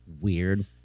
Weird